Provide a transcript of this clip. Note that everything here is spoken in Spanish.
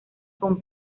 con